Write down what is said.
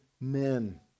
men